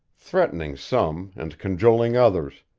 threatening some and cajoling others,